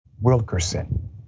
Wilkerson